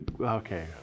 Okay